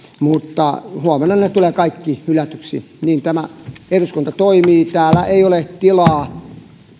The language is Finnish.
mutta huomenna ne tulevat kaikki hylätyiksi niin tämä eduskunta toimii täällä ei ole tilaa